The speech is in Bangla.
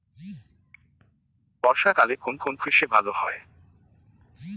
বর্ষা কালে কোন কোন কৃষি ভালো হয়?